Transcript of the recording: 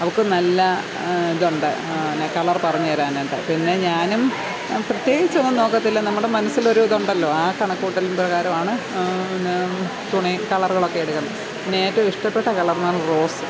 അവൾക്ക് നല്ല ഇതുണ്ട് കളർ പറഞ്ഞുതരാൻ ഒക്കെ പിന്നെ ഞാനും പ്രത്യേകിച്ചൊന്നും നോക്കില്ല നമ്മുടെ മനസ്സിലൊരു ഇതുണ്ടല്ലോ ആ കണക്കുകൂട്ടൽ പ്രകാരമാണ് പിന്നെ തുണി കളറുകളൊക്കെ എടുക്കുന്നത് പിന്നെ ഏറ്റവും ഇഷ്ടപ്പെട്ട കളർ ആണ് റോസ്